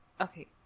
okay